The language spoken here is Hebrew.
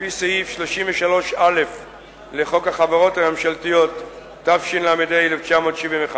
לפי סעיף 33א לחוק החברות הממשלתיות, התשל"ה 1975,